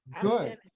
Good